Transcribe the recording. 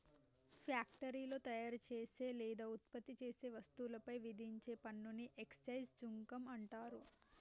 ఫ్యాక్టరీలో తయారుచేసే లేదా ఉత్పత్తి చేసే వస్తువులపై విధించే పన్నుని ఎక్సైజ్ సుంకం అంటరు